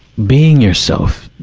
being yourself,